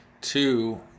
Two